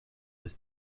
was